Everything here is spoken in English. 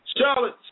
Charlotte